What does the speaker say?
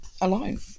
alone